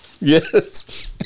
Yes